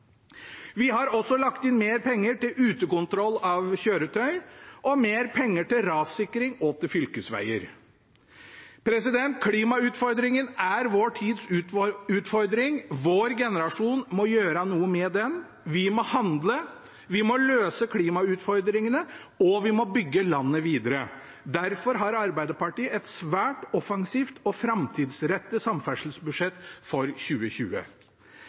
Vi har også lagt inn mer penger til utekontroll av kjøretøy og mer penger til rassikring og til fylkesveger. Klimautfordringen er vår tids utfordring. Vår generasjon må gjøre noe med den. Vi må handle. Vi må løse klimautfordringene, og vi må bygge landet videre. Derfor har Arbeiderpartiet et svært offensivt og framtidsrettet samferdselsbudsjett for 2020.